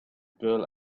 girl